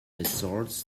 escorts